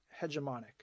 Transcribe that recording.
hegemonic